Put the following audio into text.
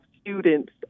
students